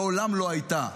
מעולם לא הייתה,